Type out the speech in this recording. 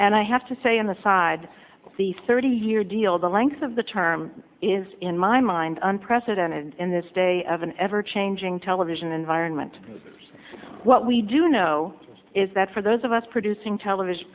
and i have to say on the side of the thirty year deal the length of the term is in my mind unprecedented in this day of an ever changing television environment what we do know is that for those of us producing television